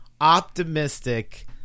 optimistic